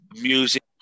music